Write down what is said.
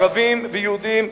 ערבים ויהודים,